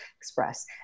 express